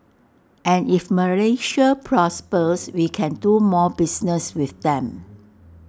and if Malaysia prospers we can do more business with them